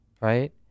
right